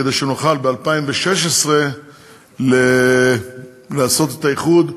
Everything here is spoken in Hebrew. כדי שנוכל ב-2016 לעשות את האיחוד,